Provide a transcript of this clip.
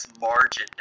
margin